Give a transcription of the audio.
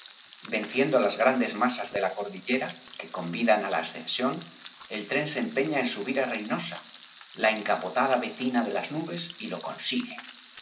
pantanos venciéndolas grandes masas de la cordillera que convidan á la ascensión el tren se empeña en subir á reinosa la encapotada vecina de las nubes y lo consigue